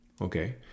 Okay